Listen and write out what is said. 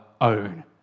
own